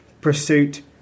pursuit